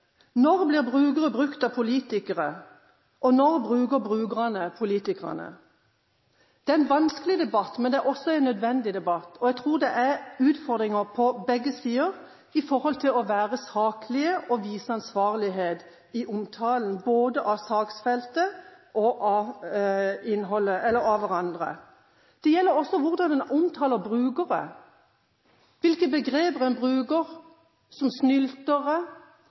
Når blir brukere brukt av politikere, og når bruker brukerne politikerne? Det er en vanskelig debatt, men det er også en nødvendig debatt. Jeg tror det er utfordringer på begge sider i forhold til å være saklige og vise ansvarlighet i omtalen både av saksfeltet og av hverandre. Det gjelder også hvordan en omtaler brukere, hvilke begreper en bruker, som